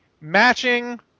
matching